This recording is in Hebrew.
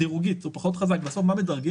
דירוגית הוא פחות חזק, כי בסוף מה מדרגים?